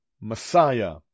Messiah